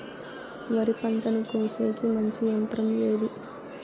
వరి పంటను కోసేకి మంచి యంత్రం ఏది?